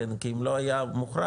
כי אם לא היה מוכרע,